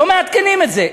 לא מעדכנים את זה.